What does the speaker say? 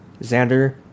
Xander